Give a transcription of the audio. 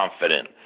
confident